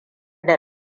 da